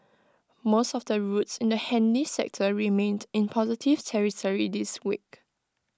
most of the routes in the handy sector remained in positive territory this week